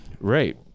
Right